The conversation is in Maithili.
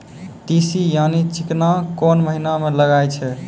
तीसी यानि चिकना कोन महिना म लगाय छै?